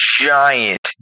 giant